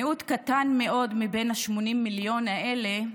מיעוט קטן מאוד מ-80 המיליון האלה,